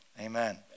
Amen